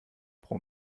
pro